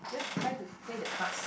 then try to play the cards